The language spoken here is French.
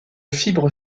fibre